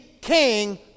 king